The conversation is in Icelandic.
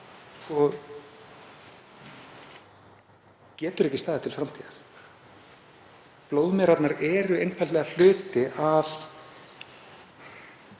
getur staðið til framtíðar. Blóðmerarnar eru einfaldlega hluti af